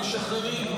משחררים,